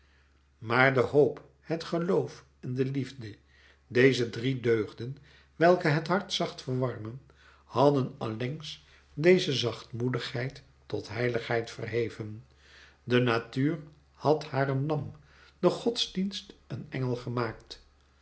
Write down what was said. maar de hoop het geloof en de liefde deze drie deugden welke het hart zacht verwarmen hadden allengs deze zachtmoedigheid tot heiligheid verheven de natuur had haar een lam de godsdienst een engel gemaakt